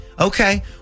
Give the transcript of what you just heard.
Okay